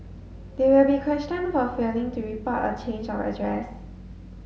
they will be questioned for failing to report a change of address